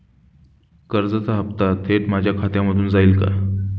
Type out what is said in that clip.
कर्जाचा हप्ता थेट माझ्या खात्यामधून जाईल का?